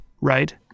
Right